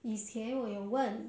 以前我有问